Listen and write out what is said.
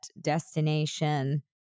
destination